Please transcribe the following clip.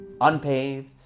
Unpaved